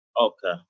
okay